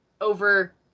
over